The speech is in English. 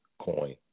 coin